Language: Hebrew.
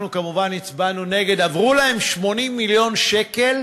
אנחנו כמובן הצבענו נגד, עברו להם 80 מיליון שקל